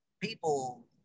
people